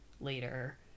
later